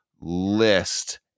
list